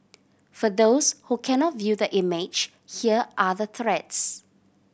for those who cannot view the image here are the threats